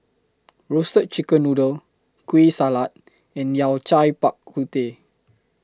Roasted Chicken Noodle Kueh Salat and Yao Cai Bak Kut Teh